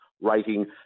rating